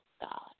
God